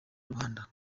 rubanda